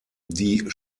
die